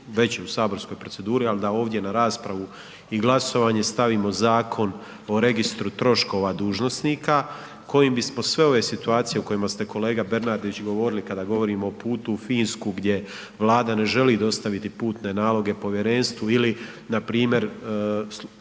već je u saborskoj proceduri, al da ovdje na raspravu i glasovanje stavimo Zakon o registru troškova dužnosnika kojim bismo sve ove situacije o kojima ste kolega Bernardić govorili kada govorimo o putu u Finsku gdje Vlada ne želi dostaviti putne naloge povjerenstvu ili npr.